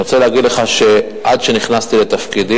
אני רוצה להגיד לך שעד שנכנסתי לתפקידי,